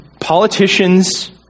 Politicians